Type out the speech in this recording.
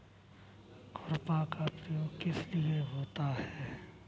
खुरपा का प्रयोग किस लिए होता है?